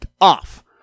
off